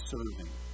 Serving